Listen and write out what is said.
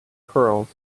curls